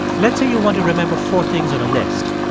let's say you want to remember four things in a list.